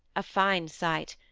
a fine sight,